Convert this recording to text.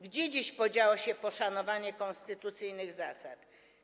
Gdzie dziś podziało się poszanowanie konstytucyjnych zasad?